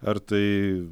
ar tai